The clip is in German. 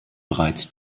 bereits